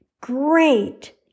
great